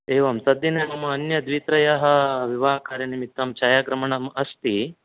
एवं तद्दिने मम अन्यद्वित्रयः विवाहकार्यनिमित्तं छायाग्रहणम् अस्ति